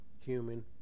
human